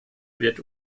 wird